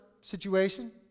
situation